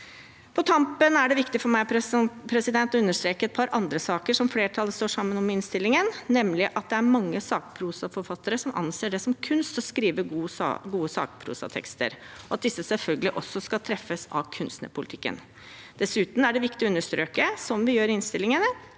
På tampen: Det er viktig for meg å understreke et par andre saker som flertallet står sammen om i innstillingen, nemlig at det er mange sakprosaforfattere som anser det som kunst å skrive gode sakprosatekster – at disse selvfølgelig også skal treffes av kunstnerpolitikken. Dessuten er det viktig å understreke, som vi gjør i innstillingen,